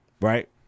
Right